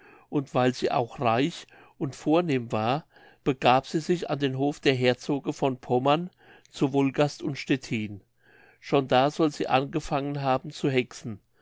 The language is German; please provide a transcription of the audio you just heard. und weil sie auch reich und vornehm war begab sie sich an den hof der herzoge von pommern zu wolgast und stettin schon da soll sie angefangen haben zu hexen